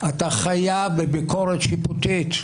אתה חייב בביקורת שיפוטית,